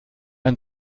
ein